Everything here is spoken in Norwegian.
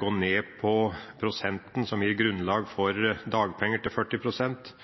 gå ned på prosenten som gir grunnlag for dagpenger, til